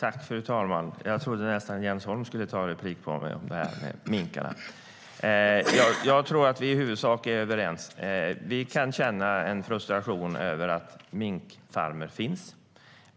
Fru talman! Jag trodde nästan att Jens Holm skulle begära replik angående minkarna. Jag tror att vi i huvudsak är överens, Lars Tysklind. Vi kan känna en frustration över att minkfarmer finns.